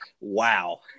wow